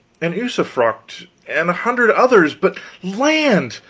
and usufruct and a hundred others, but land!